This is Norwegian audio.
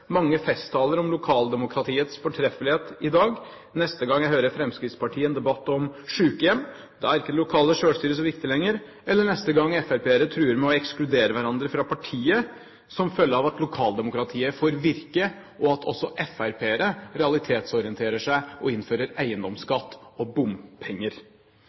mange festtaler om lokaldemokratiets fortreffelighet i dag. Neste gang jeg hører Fremskrittspartiet i en debatt om sykehjem, er ikke det lokale selvstyret så viktig lenger, eller neste gang FrP-ere truer med å ekskludere hverandre fra partiet som følge av at lokaldemokratiet får virke, og også når FrP-ere realitetsorienterer seg og innfører eiendomsskatt og bompenger.